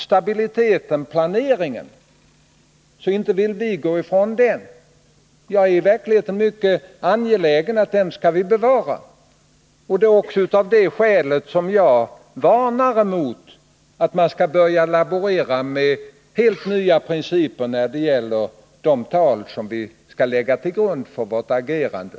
Stabiliteten i planeringen vill vi inte gå ifrån. Jag är i verkligheten tvärtemot mycket angelägen att bevara den. Det är också av det skälet som jag varnar för att börja laborera med helt nya principer när det gäller de tal som vi skall lägga till grund för vårt agerande.